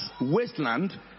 wasteland